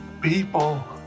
people